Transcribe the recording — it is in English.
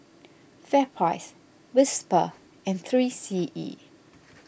FairPrice Whisper and three C E